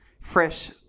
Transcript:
fresh